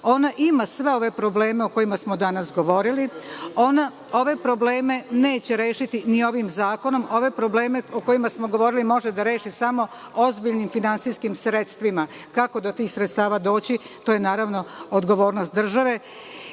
Ona ima sve ove probleme o kojima smo danas govorili. Ove probleme neće rešiti ni ovim zakonom. Ove probleme o kojima smo govorili može da reši samo ozbiljnim finansijskim sredstvima. Kako do tih sredstava doći? To je, naravno, odgovornost države